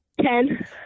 Ten